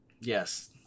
Yes